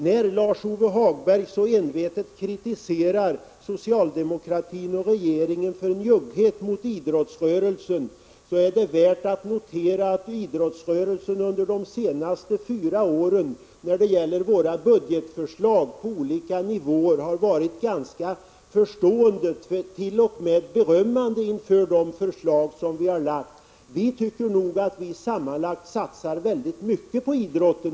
När Lars-Ove Hagberg så envetet kritiserar socialdemokratin och regeringen för njugghet mot idrottsrörelsen, är det värt att notera att idrottsrörelsen under de senaste fyra åren har varit ganska förstående, t.o.m. berömmande, inför de budgetförslag på olika nivåer som vi har lagt fram. Vi tycker nog att vi här i landet sammanlagt satsar väldigt mycket på idrotten.